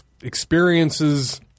experiences